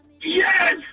Yes